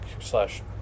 slash